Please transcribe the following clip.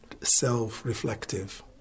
self-reflective